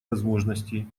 возможностей